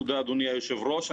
תודה אדוני היושב ראש.